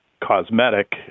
cosmetic